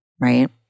right